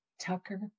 Tucker